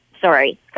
Sorry